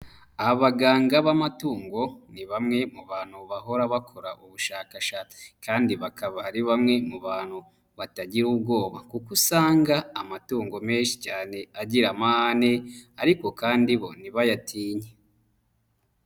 Abaganga b'amatungo ni bamwe mu bantu bahora bakora ubushakashatsi kandi bakaba ari bamwe mu bantu batagira ubwoba kuko usanga amatungo menshi cyane agira amahane ariko kandi bo ntibayatinye.